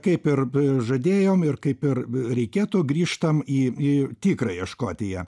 kaip ir žadėjom ir kaip ir reikėtų grįžtam į į tikrąją škotiją